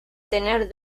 tener